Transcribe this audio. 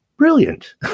Brilliant